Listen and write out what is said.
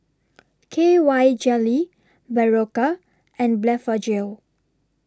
K Y Jelly Berocca and Blephagel